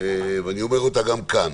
ואני אומר אותה גם כאן.